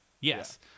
Yes